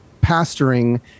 pastoring